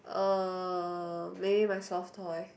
uh maybe my soft toy